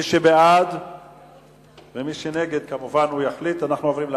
מי בעד ומי נגד, אנחנו עוברים להצבעה.